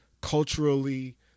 culturally